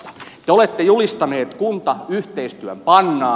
te olette julistaneet kuntayhteistyön pannaan